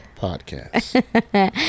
podcast